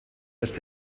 erst